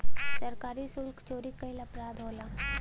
सरकारी सुल्क चोरी कईल अपराध होला